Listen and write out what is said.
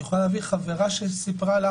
היא יכולה להביא חברה שהיא סיפרה לה,